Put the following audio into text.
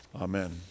Amen